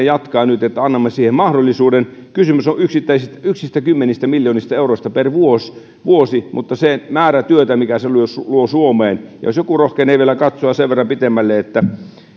jatkaa nyt että annamme siihen mahdollisuuden kysymys on yksistä kymmenistä miljoonista euroista per vuosi vuosi mutta se määrä työtä minkä se luo suomeen jos joku rohkenee vielä katsoa sen verran pitemmälle että